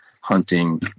hunting